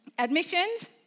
Admissions